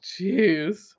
jeez